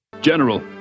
General